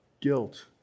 guilt